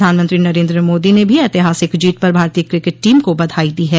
प्रधानमंत्री नरेन्द्र मोदी ने भी ऐतिहासिक जीत पर भारतीय क्रिकेट टीम को बधाई दी है